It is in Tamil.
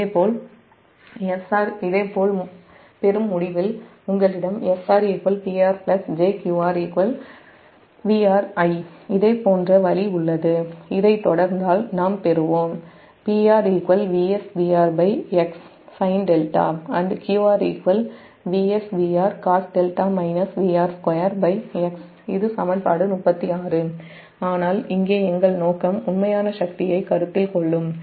SR இதேபோல் பெறும் முடிவில் உங்களிடம் SR PR jQR VRI இதே போன்ற வழி உள்ளது இதை தொடர்ந்தால் இது சமன்பாடு 36 ஆனால் இங்கே எங்கள் நோக்கம் உண்மையான சக்தியைக் கருத்தில் கொள்ளும்